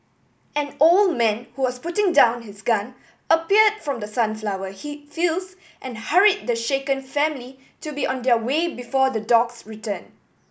an old man who was putting down his gun appeared from the sunflower he fields and hurried the shaken family to be on their way before the dogs return